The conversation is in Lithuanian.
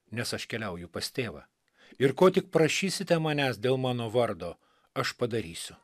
nes aš keliauju pas tėvą ir ko tik prašysite manęs dėl mano vardo aš padarysiu